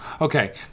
Okay